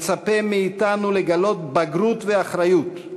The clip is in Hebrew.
מצפה מאתנו לגלות בגרות ואחריות,